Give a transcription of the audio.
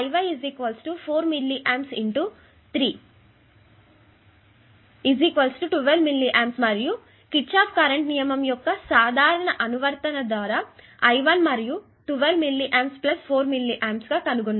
కాబట్టిఈ Iy 4mliA 3 12 milliA మరియు Kirchhoff current నియమము యొక్క సాధారణ అనువర్తనం ద్వారా I1 మరియు 12 మిల్లీ ఆంప్స్ 4 మిల్లీ ఆంప్స్ అని కనుగొన్నారు